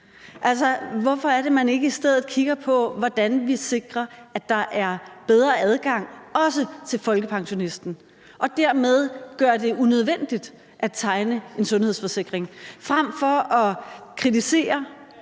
Hvorfor er det, at man ikke i stedet kigger på, hvordan vi sikrer, at der er bedre adgang også for folkepensionisten, og dermed gør det unødvendigt at tegne en sundhedsforsikring, frem for at kritisere